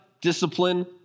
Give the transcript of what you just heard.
discipline